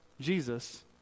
Jesus